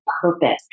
purpose